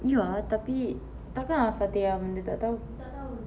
ya tapi takkan al-fatihah pun dia tak tahu